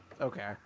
Okay